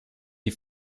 die